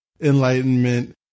Enlightenment